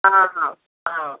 ହଁ ହଁ ହଁ